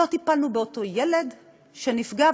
לא טיפלנו באותו ילד שנפגע,